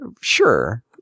Sure